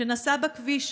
שנסע בכביש,